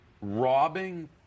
robbing